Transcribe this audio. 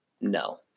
no